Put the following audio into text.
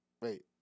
Wait